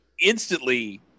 instantly